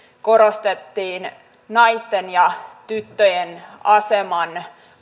korostettiin naisten ja tyttöjen aseman